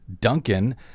Duncan